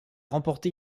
remporté